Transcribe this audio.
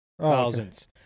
thousands